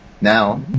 now